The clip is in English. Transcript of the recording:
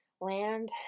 land